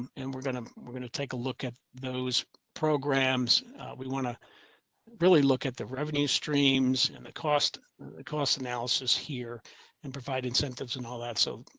and and we're going to we're going to take a look at those programs we want to really look at the revenue streams and the cost cost analysis here and provide incentives and all that. so,